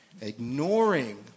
ignoring